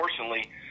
unfortunately